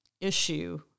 issue